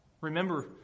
Remember